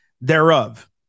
thereof